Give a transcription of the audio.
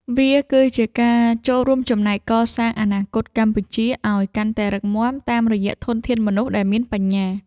វាគឺជាការចូលរួមចំណែកកសាងអនាគតកម្ពុជាឱ្យកាន់តែរឹងមាំតាមរយៈធនធានមនុស្សដែលមានបញ្ញា។